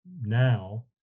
now